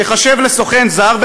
ייחשב לסוכן זר,